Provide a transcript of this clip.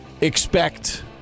expect